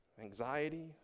anxiety